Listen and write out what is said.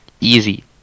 Easy